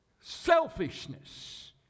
Selfishness